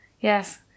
Yes